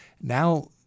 now